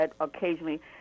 occasionally